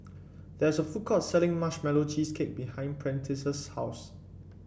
there is a food court selling Marshmallow Cheesecake behind Prentice's house